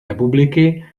republiky